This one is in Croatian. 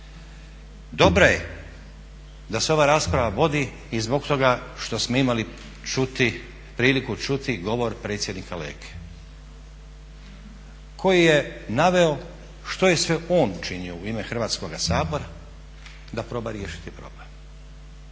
Dobro je da se ova rasprava vodi i zbog toga što smo imali priliku čuti govor predsjednika Leke koji je naveo što je sve on činio u ime Hrvatskoga sabora da proba riješiti problem.